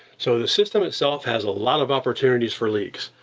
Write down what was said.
so, the system itself has a lot of opportunities for leaks.